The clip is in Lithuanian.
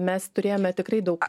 mes turėjome tikrai daug